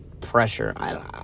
pressure